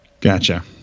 Gotcha